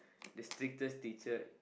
the strictest teacher